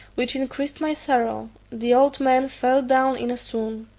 which increased my sorrow the old man fell down in a swoon.